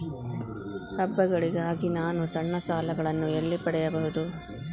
ಹಬ್ಬಗಳಿಗಾಗಿ ನಾನು ಸಣ್ಣ ಸಾಲಗಳನ್ನು ಎಲ್ಲಿ ಪಡೆಯಬಹುದು?